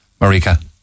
Marika